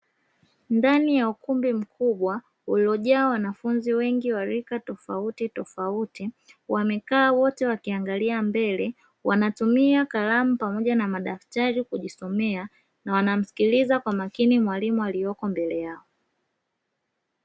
Ndani ya ukumbi mkubwa uliojaa wanafunzi wengi wa rika tofauti tofauti, wamekaa wote wakiangalia mbele wanatumia kalamu pamoja na madaftari kujisomea na wanamsikiliza kwa makini mwalimu alioko mbele yao.